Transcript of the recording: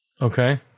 Okay